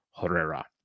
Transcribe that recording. Herrera